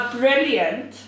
brilliant